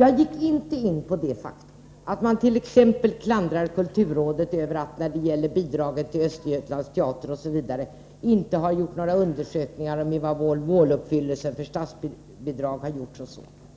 Jag gick inte in på det faktum att riksrevisionsverket t.ex. klandrar kulturrådet för att när det gäller bidraget till Östgötateatern inte ha gjort några undersökningar av måluppfyllelsen för statsbidrag.